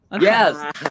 Yes